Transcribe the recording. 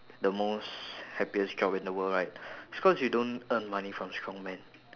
the most happiest job in the world right it's because you don't earn money from strongman